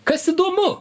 kas įdomu